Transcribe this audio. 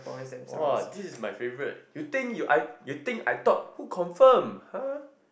!wah! this is my favourite you think you I you think I thought who confirm !huh!